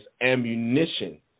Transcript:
ammunition